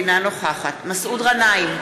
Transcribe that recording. אינה נוכחת מסעוד גנאים,